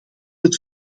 het